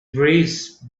breeze